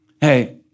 Hey